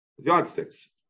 yardsticks